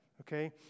okay